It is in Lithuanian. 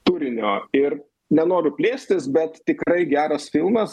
turinio ir nenoriu plėstis bet tikrai geras filmas